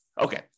Okay